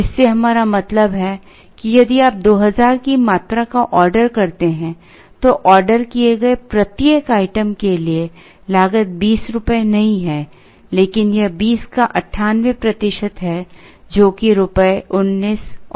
जिससे हमारा मतलब है कि यदि आप 2000 की मात्रा का ऑर्डर करते हैं तो ऑर्डर किए गए प्रत्येक आइटम के लिए लागत 20 रुपये नहीं है लेकिन यह 20 का 98 प्रतिशत है जो कि रुपये 19 और 60 पैसे है